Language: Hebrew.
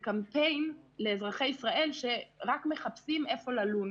בקמפיין לאזרחי ישראל שרק מחפשים איפה ללון.